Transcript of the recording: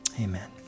amen